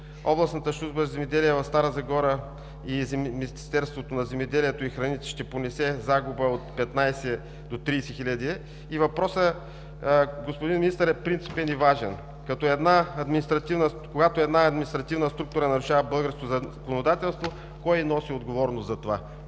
Областната служба „Земеделие“ в Стара Загора и Министерството на земеделието и храните ще понесе загуба от 15 до 30 хил. лв. Въпросът, господин Министър, е принципен и важен. Когато една административна структура нарушава българското законодателство кой носи отговорност за това?